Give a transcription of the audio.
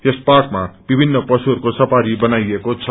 यस पार्कमा विभिन्न पशुहरूको सफारी बनाइएको छ